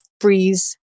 freeze